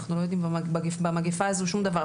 אנחנו לא יודעים במגפה הזו שום דבר.